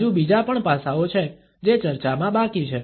હજુ બીજા પણ પાસાઓ છે જે ચર્ચામાં બાકી છે